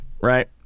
Right